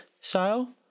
style